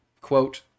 quote